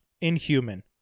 inhuman